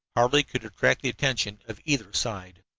hardly could attract the attention of either side.